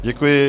Děkuji.